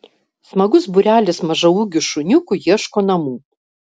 smagus būrelis mažaūgių šuniukų ieško namų